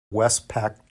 westpac